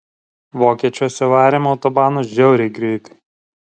vokiečiuose varėm autobanu žiauriai greitai